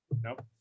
Nope